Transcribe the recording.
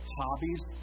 hobbies